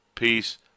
Peace